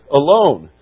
alone